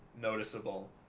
noticeable